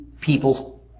people's